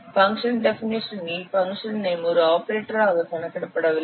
function definition இல் function name ஒரு ஆபரேட்டராக கணக்கிடப்படவில்லை